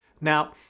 Now